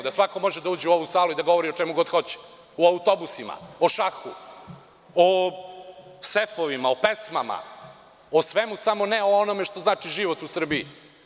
Da svako može da uđe u ovu salu i da govori o čemu hoće, o autobusima, o šahu, o sefovima, o pesmama, o svemu samo ne o onome što znači život u Srbiji.